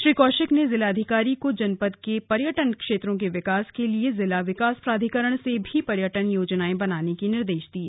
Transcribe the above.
श्री कौशिक ने जिलाधिकारी को जनपद के पर्यटन क्षेत्रों के विकास के लिए जिला विकास प्राधिकरण से भी पर्यटन योजनायें बनाने के निर्देश दिये